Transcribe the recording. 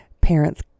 parents